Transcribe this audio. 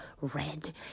red